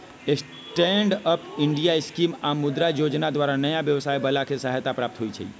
stand up India scheme आऽ मुद्रा जोजना द्वारा नयाँ व्यवसाय बला के सहायता प्राप्त होइ छइ